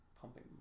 pumping